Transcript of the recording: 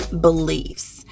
beliefs